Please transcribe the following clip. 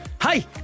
Hi